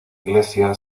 iglesia